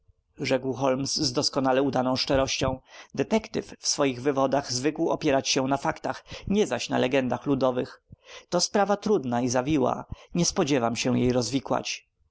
doskonale udaną szczerością detektyw w swoich wywodach zwykł opierać się na faktach nie zaś na legendach ludowych to sprawa trudna i zawiła nie spodziewam się jej rozwikłać